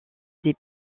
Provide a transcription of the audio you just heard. des